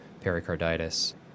pericarditis